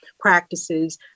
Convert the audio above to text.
practices